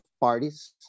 parties